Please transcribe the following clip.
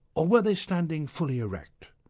or were they standing fully erect?